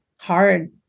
hard